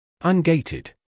Ungated